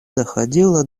доходило